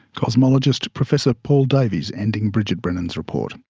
cosmologist professor paul davies ending bridget brennan's report.